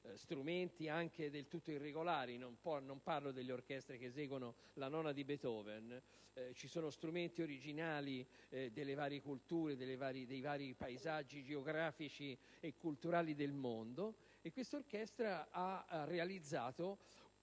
strumenti del tutto inusuali (non parlo di orchestre che eseguono la Nona di Beethoven: ci sono strumenti originali delle varie culture e dei vari paesaggi geografici e culturali del mondo), e che si è realizzata